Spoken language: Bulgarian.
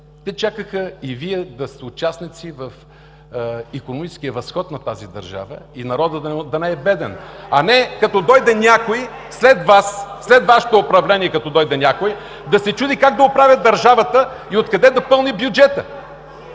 Те чакаха и Вие да сте участници в икономическия възход на тази държава, и народът да не е беден. (Шум и реплики.) А не като дойде някой след Вас, след Вашето управление, да се чуди как да оправя държавата и откъде да пълни бюджета.